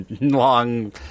long